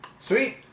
sweet